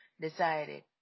decided